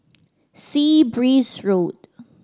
Sea Breeze Road